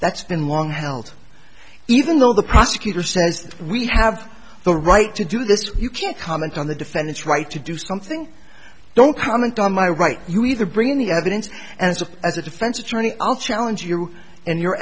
that's been long held even though the prosecutor says we have the right to do this you can't comment on the defendant's right to do something don't comment on my right you either bring in the evidence and of as a defense attorney i'll challenge you and your